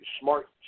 smart